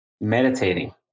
meditating